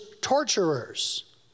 torturers